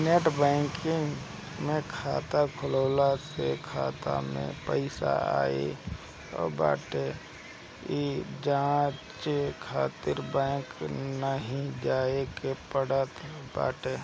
net banking में खाता होखला से खाता में पईसा आई बाटे इ जांचे खातिर बैंक नाइ जाए के पड़त बाटे